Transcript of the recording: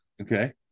Okay